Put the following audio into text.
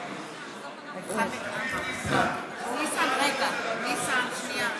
הוא הצביע נגד.